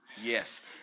Yes